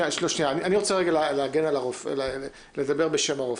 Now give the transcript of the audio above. אני רוצה לדבר בשם הרופא.